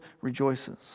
rejoices